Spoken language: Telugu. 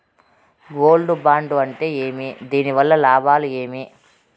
గోల్డ్ బాండు అంటే ఏమి? దీని వల్ల లాభాలు ఏమి?